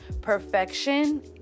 Perfection